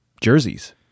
jerseys